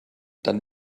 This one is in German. dann